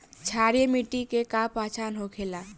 क्षारीय मिट्टी के का पहचान होखेला?